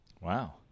Wow